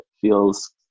feels